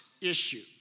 issue